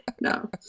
No